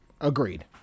Agreed